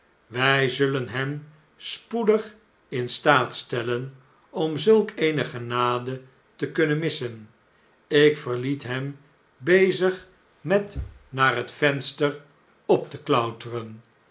wij zullen hem spoedig in staat stellen om zulk eene genade te kunnen missen ik verliet hem bezig met naar het venster op te klauteren